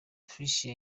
tricia